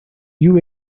you